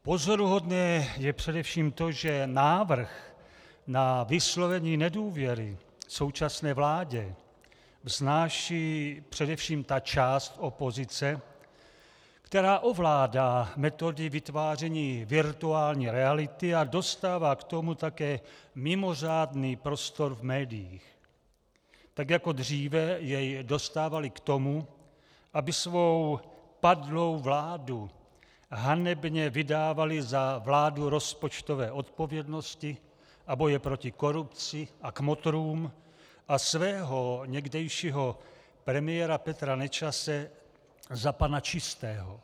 Pozoruhodné je především to, že návrh na vyslovení nedůvěry současné vládě vznáší především ta část opozice, která ovládá metody vytváření virtuální reality a dostává k tomu také mimořádný prostor v médiích, tak jako dříve jej dostávali k tomu, aby svou padlou vládu hanebně vydávali za vládu rozpočtové odpovědnosti a boje proti korupci a kmotrům a svého někdejšího premiéra Petra Nečase za pana čistého.